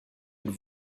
êtes